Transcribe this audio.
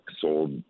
sold